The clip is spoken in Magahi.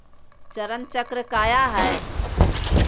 चरण चक्र काया है?